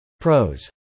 Pros